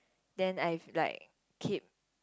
then I've like keep